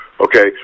Okay